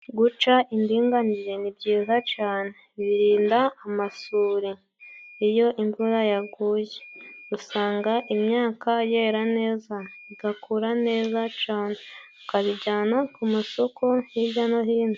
Guca indinganire ni byiza cane， birinda amasuri iyo imvura yaguye， usanga imyaka yera neza igakura neza cane， ukabijana ku masoko hirya no hino.